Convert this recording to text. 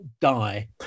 die